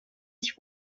sich